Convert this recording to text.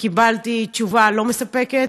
וקיבלתי תשובה לא מספקת.